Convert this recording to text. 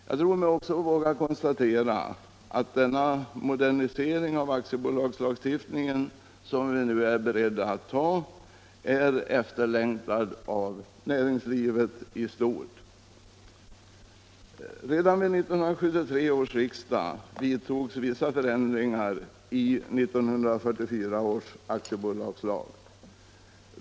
Jag tror mig också våga konstatera att den modernisering av aktiebolagslagstiftningen som vi nu är beredda att genomföra är efterlängtad av näringslivet i stort. Redan vid 1973 års riksdag gjordes vissa ändringar i 1944 års aktiebolagslag.